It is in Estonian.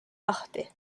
lahti